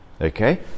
Okay